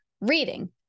reading